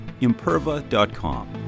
Imperva.com